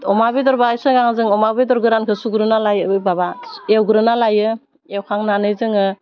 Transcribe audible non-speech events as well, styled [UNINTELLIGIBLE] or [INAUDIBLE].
अमा बेदरबा [UNINTELLIGIBLE] जों अमा बेदर गोरानखौ सुग्रोना लायो माबा एवग्रोना लायो एवखांनानै जोङो